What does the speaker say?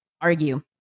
argue